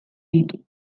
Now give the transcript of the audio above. ditu